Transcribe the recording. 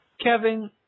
Kevin